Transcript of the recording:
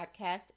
Podcast